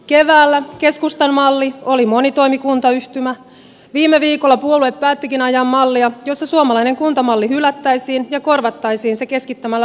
keväällä keskustan malli oli monitoimikuntayhtymä viime viikolla puolue päättikin ajaa mallia jossa suomalainen kuntamalli hylättäisiin ja korvattaisiin se keskittämällä valta maakuntiin